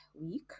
week